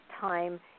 time